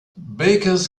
bakers